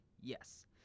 yes